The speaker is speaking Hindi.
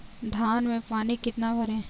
धान में पानी कितना भरें?